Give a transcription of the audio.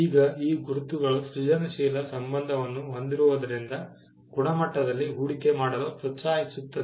ಈಗ ಈ ಗುರುತುಗಳು ಸೃಜನಶೀಲ ಸಂಬಂಧವನ್ನು ಹೊಂದಿರುವುದರಿಂದ ಗುಣಮಟ್ಟದಲ್ಲಿ ಹೂಡಿಕೆ ಮಾಡಲು ಪ್ರೋತ್ಸಾಹಿಸುತ್ತದೆ